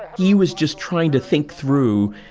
he was just trying to think through,